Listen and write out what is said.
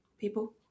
people